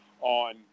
on